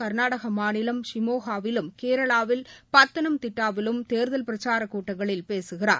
கர்நாடக மாநிகலம் ஷிமோகாவிலும் கேரளாவில் பத்தனம்திட்டாவிலும் தேர்தல் பிரச்சாரக் கூட்டங்களில் பேசுகிறார்